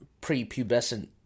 pre-pubescent